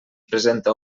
presenta